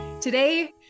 Today